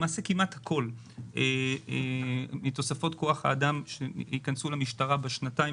למעשה כמעט כל מתוספות כוח האדם שייכנסו למשטרה בשנתיים